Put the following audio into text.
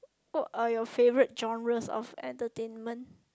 what are your favorite genres of entertainment